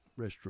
restroom